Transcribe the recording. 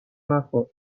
نخور